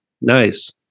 Nice